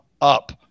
up